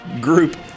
group